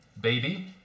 Baby